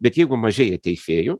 bet jeigu mažėja teisėjų